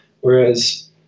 whereas